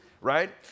right